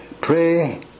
pray